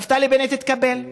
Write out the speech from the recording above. נפתלי בנט התקפל,